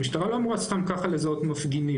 המשטרה לא אמורה סתם כך לזהות מפגינים.